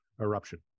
eruption